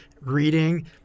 reading